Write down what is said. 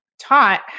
taught